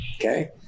okay